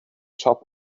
top